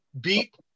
beat